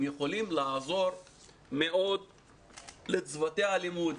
הם יכולים לעזור מאוד לצוותי הלימוד,